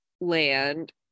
land